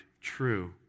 true